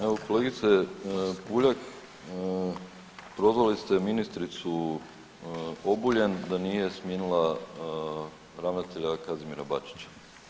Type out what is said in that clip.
Evo kolegice Puljak, prozvali ste ministricu Obuljen da nije smijenila ravnatelja Kazimira Bačića.